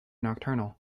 nocturnal